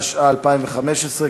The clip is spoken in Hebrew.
התשע"ה 2014,